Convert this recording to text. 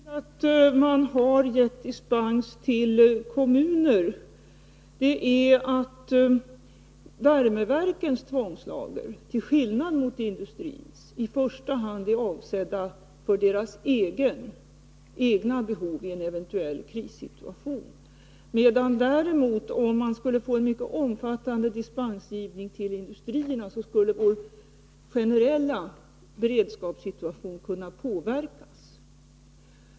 Herr talman! Skälet till att man har gett dispens till kommuner är att värmeverkens tvångslager, till skillnad från industrins, i första hand är avsedda för deras egna behov i en eventuell krissituation. Om man däremot skulle få en mycket omfattande dispensgivning till industrierna, skulle vår generella beredskapssituation kunna påverkas.